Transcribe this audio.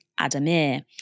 Adamir